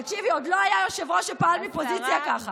תקשיבי, עוד לא היה יושב-ראש מפוזיציה ככה.